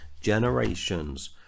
generations